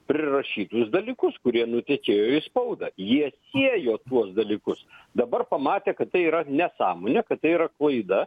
prirašytus dalykus kurie nutekėjo į spaudą jie siejo tuos dalykus dabar pamatė kad tai yra nesąmonė kad tai yra klaida